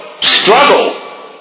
Struggle